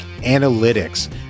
analytics